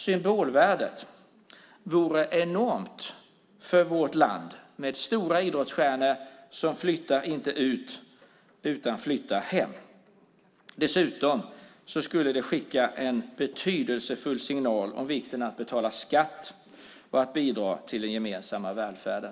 Symbolvärdet vore enormt för vårt land, med stora idrottsstjärnor som inte flyttar ut utan flyttar hem. Dessutom skulle det skicka en betydelsefull signal om vikten av att betala skatt och att bidra till den gemensamma välfärden.